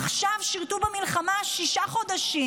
עכשיו שירתו במלחמה שישה חודשים,